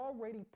already